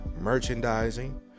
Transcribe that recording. merchandising